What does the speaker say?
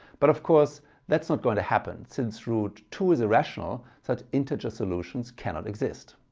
but of course that's not going to happen. since root two is irrational such integer solutions cannot exist.